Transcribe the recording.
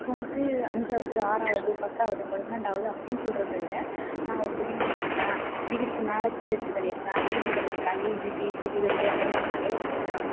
இப்போ வந்துட்டு அஞ்சாவது ஆறாவது பத்தாவது பனெண்டாவது அப்படினு சொல்றதை விட நான் ஒரு டிகிரி முடிச்சிருக்கேன் டிகிரிக்கு மேலே பிஹச்டி பண்ணியிருக்கேன் பிஜி பண்ணியிருக்கேன் யுஜி பிஜி பிஹச்டி அந்த மாதிரி நிறையா பண்ணியிருக்கேன்